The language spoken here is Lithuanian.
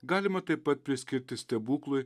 galima taip pat priskirti stebuklui